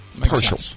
Partial